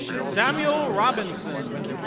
samuel robinson.